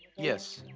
yes,